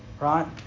right